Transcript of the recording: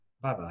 Bye-bye